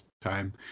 time